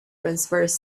transverse